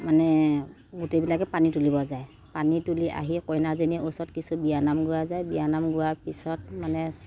মানে গোটেইবিলাকে পানী তুলিব যায় পানী তুলি আহি কইনাজনীৰ ওচৰত কিছু বিয়া নাম গোৱা যায় বিয়া নাম গোৱাৰ পিছত মানে